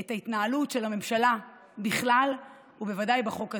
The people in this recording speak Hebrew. את ההתנהלות של הממשלה בכלל ובוודאי בחוק הזה.